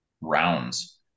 rounds